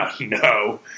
no